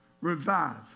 revive